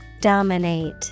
Dominate